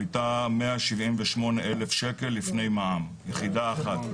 היתה 178,000 שקל לפני מע"מ - יחידה אחת,